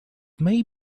may